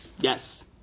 Yes